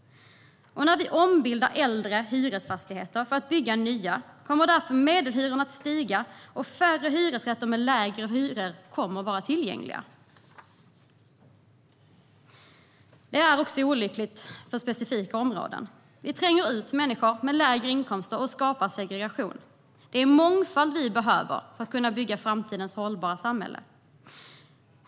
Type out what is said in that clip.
När vi ombildar äldre hyresfastigheter för att bygga nya kommer därför medelhyrorna att stiga, och färre hyresrätter med lägre hyror kommer att vara tillgängliga. Det är olyckligt också för specifika områden. Vi tränger ut människor med lägre inkomster och skapar segregation. Men det är mångfald vi behöver för att kunna bygga framtidens hållbara samhälle.